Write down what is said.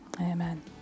Amen